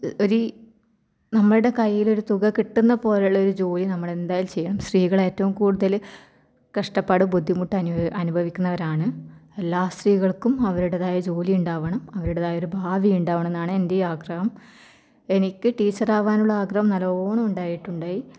ഒരു നമ്മുടെ കൈയ്യിലൊരു തുക കിട്ടുന്നത് പോലെയുള്ള ഒരു ജോലി നമ്മൾ എന്തായാലും ചെയ്യണം സ്ത്രീകൾ ഏറ്റവും കൂടുതൽ കഷ്ടപ്പാട് ബുദ്ധിമുട്ട് അനുഭവിക്കുന്നവരാണ് എല്ലാ സ്ത്രീകൾക്കും അവരുടേതായ ജോലി ഉണ്ടാവണം അവരുടേതായ ഒരു ഭാവി ഉണ്ടാവണം എന്നാണ് എൻ്റെയും ആഗ്രഹം എനിക്ക് ടീച്ചർ ആവാനുള്ള ആഗ്രഹം നല്ലവണ്ണം ഉണ്ടായിട്ടുണ്ടായി